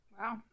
wow